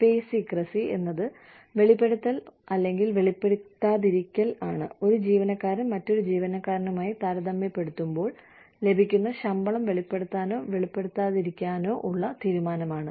പേ secrecy എന്നത് വെളിപ്പെടുത്തൽ അല്ലെങ്കിൽ വെളിപ്പെടുത്താതിരിക്കൽ ആണ് ഒരു ജീവനക്കാരൻ മറ്റൊരു ജീവനക്കാരനുമായി താരതമ്യപ്പെടുത്തുമ്പോൾ ലഭിക്കുന്ന ശമ്പളം വെളിപ്പെടുത്താനോ വെളിപ്പെടുത്താതിരിക്കാനോ ഉള്ള തീരുമാനമാണ്